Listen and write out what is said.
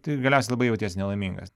tai galiausiai labai jautiesi nelaimingas